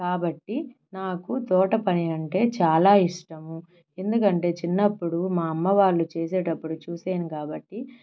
కాబట్టి నాకు తోట పని అంటే చాలా ఇష్టము ఎందుకంటే చిన్నప్పుడు మా అమ్మ వాళ్ళు చేసేటప్పుడు చూశాను కాబట్టి